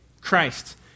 Christ